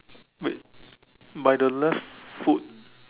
wait by the left foot